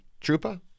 Troopa